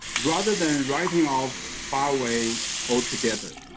rather than writing off huawei altogether.